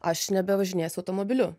aš nebevažinėsiu automobiliu